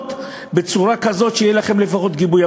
בצורה כזאת שיהיה לכם לפחות גיבוי.